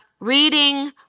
Reading